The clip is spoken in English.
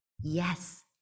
yes